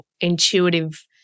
intuitive